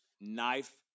knife